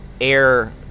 air